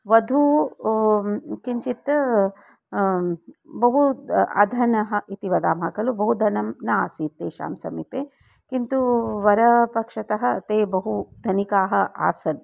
वधू किञ्चित् बहु अधनः इति वदामः खलु बहु धनं न आसीत् तेषां समीपे किन्तु वरपक्षतः ते बहु धनिकाः आसन्